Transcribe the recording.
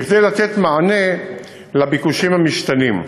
כדי לתת מענה לביקושים המשתנים.